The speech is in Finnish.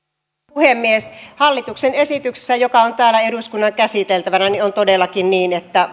puhemies hallituksen esityksessä joka on täällä eduskunnan käsiteltävänä on todellakin niin että